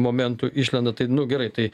momentų išlenda tai nu gerai tai